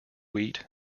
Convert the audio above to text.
wheat